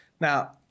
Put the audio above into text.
Now